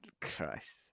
Christ